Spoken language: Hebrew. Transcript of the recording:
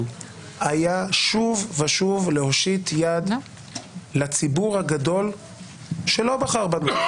היה שוב ושוב להושיט יד לציבור הגדול שלא בחר בנו,